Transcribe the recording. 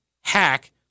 hack